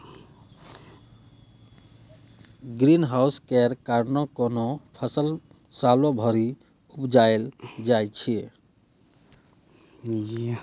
green house केर कारणेँ कोनो फसल सालो भरि उपजाएल जाइ छै